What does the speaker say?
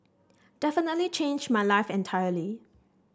definitely changed my life entirely